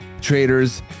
traders